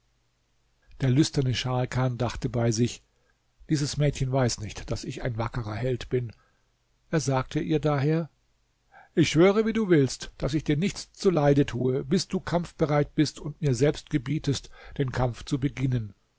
der lüsterne scharkan dachte bei sich diese mädchen weiß nicht daß ich ein wackerer held bin er sagte ihr daher ich schwöre wie du willst daß ich dir nichts zuleide tue bis du kampfbereit bist und mir selbst gebietest den kampf zu beginnen